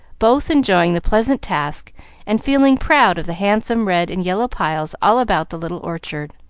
both enjoying the pleasant task and feeling proud of the handsome red and yellow piles all about the little orchard.